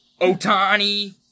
Otani